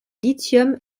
lithium